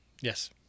yes